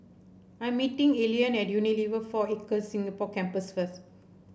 I'm meeting Allean at Unilever Four Acres Singapore Campus first